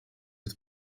het